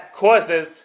causes